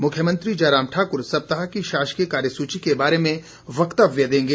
मुख्यमंत्री जयराम ठाकुर सप्ताह की शासकीय कार्य सूची के बारे में वक्तव्य देंगे